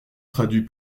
traduit